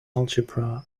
algebra